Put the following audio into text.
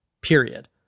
period